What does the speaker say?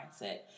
mindset